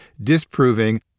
disproving